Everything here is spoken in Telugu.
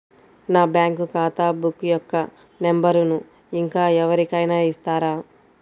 నా బ్యాంక్ ఖాతా బుక్ యొక్క నంబరును ఇంకా ఎవరి కైనా ఇస్తారా?